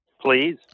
Please